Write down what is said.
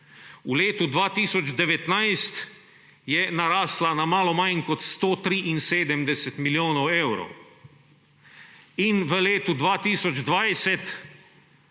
V letu 2019 je narasla na malo manj kot 173 milijonov evrov. In v letu 2020